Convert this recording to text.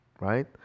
right